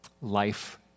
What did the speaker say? life